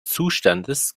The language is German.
zustandes